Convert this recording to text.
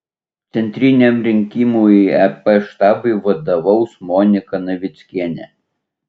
centriniam rinkimų į ep štabui vadovaus monika navickienė